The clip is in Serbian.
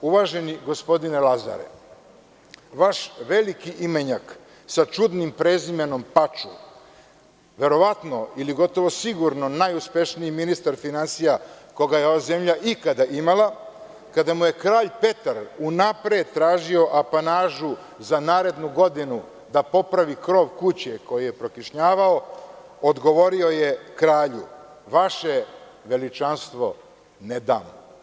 Uvaženi gospodine Lazare, vaš veliki imenjak, sa čudnim prezimenom Paču, verovatno ili gotovo sigurno najuspešniji ministar finansija koga je ova zemlja ikada imala, kada mu je kralj Petar unapred tražio apanažu za narednu godinu da popravi krov kuće koji je prokišnjavao, odgovorio je kralju – vaše veličanstvo, ne dam.